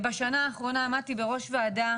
בשנה האחרונה עמדתי בראש ועדה